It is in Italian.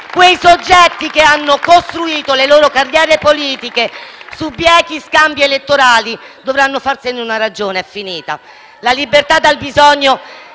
quei soggetti che hanno costruito le loro carriere politiche su biechi scambi elettorali dovranno farsene una ragione: è finita perché si avrà libertà dal bisogno